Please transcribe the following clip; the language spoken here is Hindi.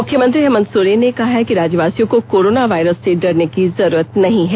मुख्यमंत्री हेमंत सोरेन ने कहा है कि राज्यवासियों को कोरोना वायरस से डरने की जरूरत नहीं है